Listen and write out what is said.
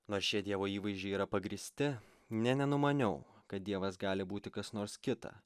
nors šie dievo įvaizdžiai yra pagrįsti nė nenumaniau kad dievas gali būti kas nors kita